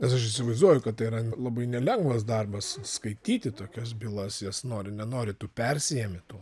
nes aš įsivaizduoju kad tai yra labai nelengvas darbas skaityti tokias bylas jas nori nenori tu persiimi tuo